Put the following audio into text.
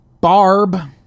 Barb